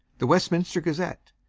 the westminster gazette,